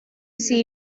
sie